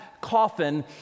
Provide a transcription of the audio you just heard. coffin